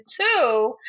two